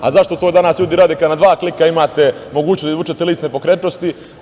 Zašto to danas ljudi rade kada na dva klika imate mogućnost da izvučete list nepokretnosti?